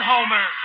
Homer